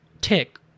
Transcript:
tick